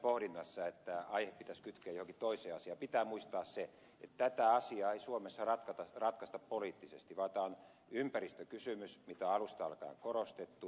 kaikessa tämmöisessä pohdinnassa että aihe pitäisi kytkeä johonkin toiseen asiaan pitää muistaa se että tätä asiaa ei suomessa ratkaista poliittisesti vaan tämä on ympäristökysymys mitä alusta alkaen on korostettu